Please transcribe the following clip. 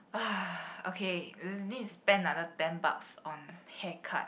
okay need to spend another ten bucks on hair cut